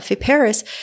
Paris